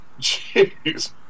Jeez